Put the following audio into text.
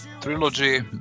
trilogy